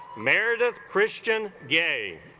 meredith christian gay